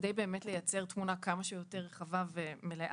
כדי באמת לייצר תמונה כמה שיותר רחבה ומלאה,